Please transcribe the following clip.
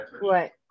Right